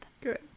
Good